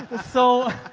so,